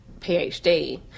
PhD